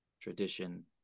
tradition